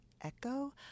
Echo